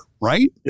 right